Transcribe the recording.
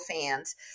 fans